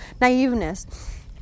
naiveness